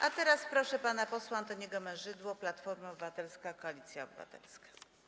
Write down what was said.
A teraz proszę pana posła Antoniego Mężydłę, Platforma Obywatelska - Koalicja Obywatelska.